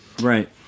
Right